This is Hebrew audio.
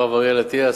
הרב אריאל אטיאס,